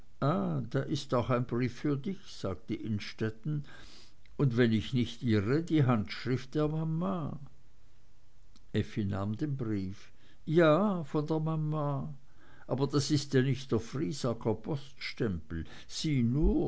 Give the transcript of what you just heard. da ist auch ein brief für dich sagte innstetten und wenn ich nicht irre die handschrift der mama effi nahm den brief ja von der mama aber das ist ja nicht der friesacker poststempel sieh nur